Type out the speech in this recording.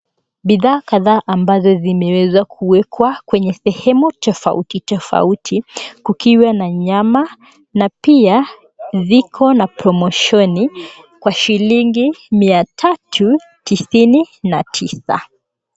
Bidhaa kadhaa ambazo zimeweza kuwekwa kwenye sehemu tofautitofauti kukiwa na nyama na pia viko na promoshoni kwa shilingi mia tatu tisini na tisa.